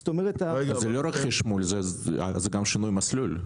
אז זה לא רק חשמול; זה גם שינוי מסלול.